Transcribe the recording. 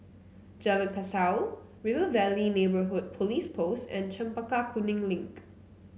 Jalan Kasau River Valley Neighbourhood Police Post and Chempaka Kuning Link